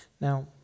Now